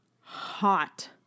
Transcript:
hot